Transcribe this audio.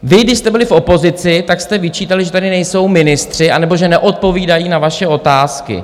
Vy, když jste byli v opozici, tak jste vyčítali, že tady nejsou ministři nebo že neodpovídají na vaše otázky.